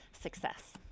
success